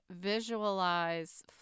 visualize